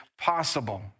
possible